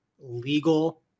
legal